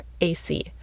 AC